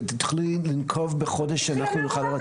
תוכלי לנקוב בחודש שאנחנו נוכל לראות?